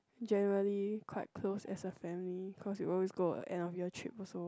generally quite close as a family cause we always go end of year trip also